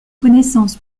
connaissance